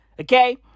Okay